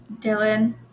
Dylan